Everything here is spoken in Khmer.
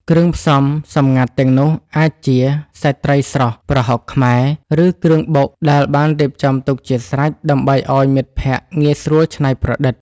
គ្រឿងផ្សំសម្ងាត់ទាំងនោះអាចជា សាច់ត្រីស្រស់ ប្រហុកខ្មែរ ឬគ្រឿងបុកដែលបានរៀបចំទុកជាស្រេចដើម្បីឱ្យមិត្តភក្តិងាយស្រួលច្នៃប្រឌិត។